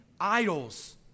idols